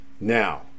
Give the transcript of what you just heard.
Now